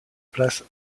place